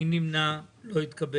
4 נמנעים - אין לא אושר.